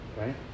Right